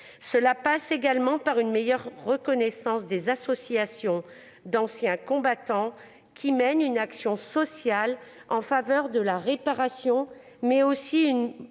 passe également par une meilleure reconnaissance des associations d'anciens combattants, qui mènent une action sociale en faveur de la réparation et assurent